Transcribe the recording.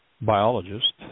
biologist